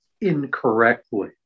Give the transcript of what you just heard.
incorrectly